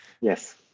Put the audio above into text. Yes